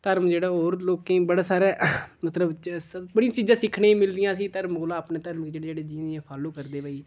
धर्म जेह्ड़ा होर लोकें ईं बड़ा सारा मतलब बड़ियां चीज़ां सिक्खनै मिलदियां असें ई धर्म कोला अपने धर्म गी जेह्ड़े जेह्ड़े जि'यां जि'यां फाॅलो करदे भाई